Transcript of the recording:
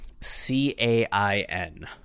C-A-I-N